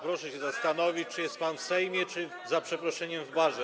Proszę się zastanowić, czy jest pan w Sejmie, czy za przeproszeniem w barze.